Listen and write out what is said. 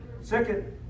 second